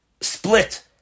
split